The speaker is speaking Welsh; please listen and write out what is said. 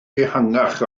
ehangach